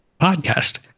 podcast